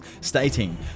stating